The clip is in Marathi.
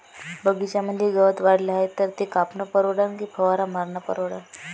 बगीच्यामंदी गवत वाढले हाये तर ते कापनं परवडन की फवारा मारनं परवडन?